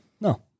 No